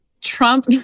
Trump